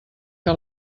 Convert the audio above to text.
que